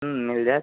मिल जायत